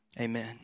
amen